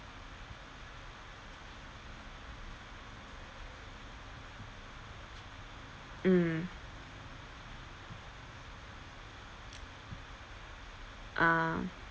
mm ah